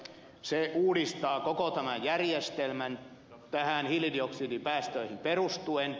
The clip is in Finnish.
se uudistaa koko tämän järjestelmän hiilidioksidipäästöihin perustuen